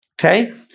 Okay